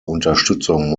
unterstützung